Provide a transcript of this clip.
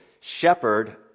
shepherd